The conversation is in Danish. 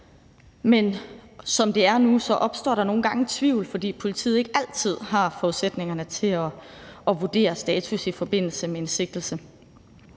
Men som det er nu, opstår der nogle gange tvivl, fordi politiet ikke altid har forudsætningerne for at vurdere status i forbindelse med en sigtelse.